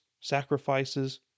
sacrifices